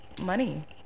money